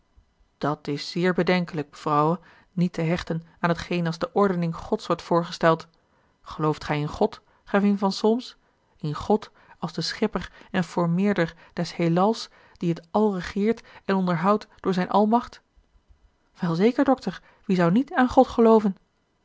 dat is zeer bedenkelijk mevrouwe niet te hechten aan t geen als de ordening gods wordt voorgesteld gelooft gij in god gravin van solms in god als den schepper en formeerder des heelals die t al regeert en onderhoudt door zijne almacht wel zeker dokter wie zou niet aan god gelooven